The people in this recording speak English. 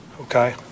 okay